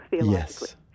Yes